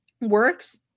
works